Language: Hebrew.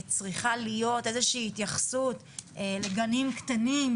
צריכה להיות איזה שהיא התייחסות לגנים קטנים,